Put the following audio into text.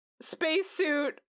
Spacesuit